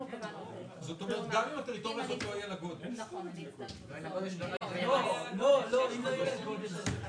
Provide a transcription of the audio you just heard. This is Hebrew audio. ת בתוספת לחוק ואז אנחנו מאפשרים לשר האוצר ולשר התחבורה לתקן את זה,